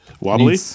wobbly